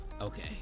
Okay